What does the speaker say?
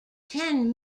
ten